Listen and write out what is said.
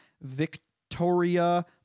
Victoria